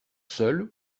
seul